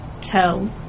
tell